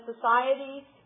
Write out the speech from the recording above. society